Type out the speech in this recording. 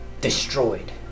destroyed